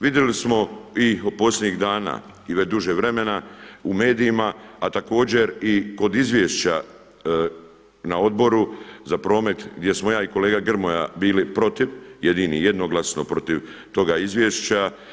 Vidjeli smo i posljednjih dana i već duže vremena u medijima, a također i kod izvješća na Odboru za promet gdje smo ja i kolega Grmoja bili protiv, jedini jednoglasno protiv toga izvješća.